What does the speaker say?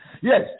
Yes